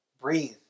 breathe